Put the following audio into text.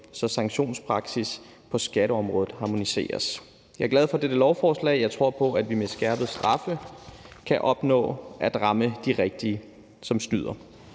så sanktionspraksis på skatteområdet harmoniseres. Jeg er glad for dette lovforslag, og jeg tror på, at vi med skærpede straffe kan opnå at ramme de rigtige, der snyder,